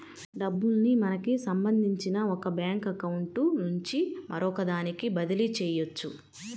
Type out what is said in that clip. డబ్బుల్ని మనకి సంబంధించిన ఒక బ్యేంకు అకౌంట్ నుంచి మరొకదానికి బదిలీ చెయ్యొచ్చు